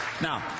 now